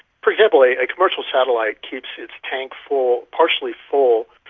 for example, a commercial satellite keeps its tank full, partially full,